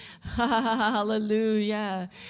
Hallelujah